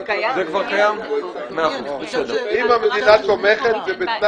זה קיים בהגדרה של רשות מקומית.